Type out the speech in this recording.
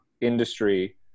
industry